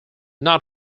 not